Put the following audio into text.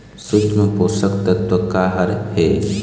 सूक्ष्म पोषक तत्व का हर हे?